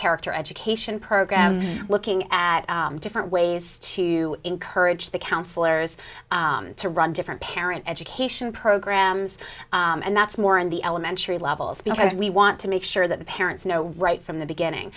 character education programs looking at different ways to encourage the counsellors to run different parent education programs and that's more in the elementary levels because we want to make sure that the parents know right from the beginning